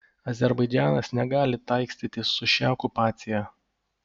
azerbaidžanas negali taikstytis su šia okupacija